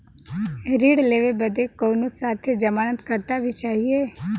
ऋण लेवे बदे कउनो साथे जमानत करता भी चहिए?